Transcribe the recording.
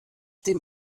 dem